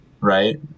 right